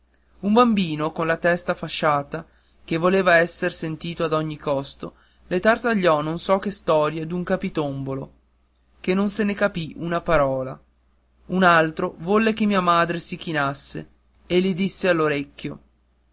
un bambino con la testa fasciata che voleva esser sentito a ogni costo le tartagliò non so che storia d'un capitombolo che non se ne capì una parola un altro volle che mia madre si chinasse e le disse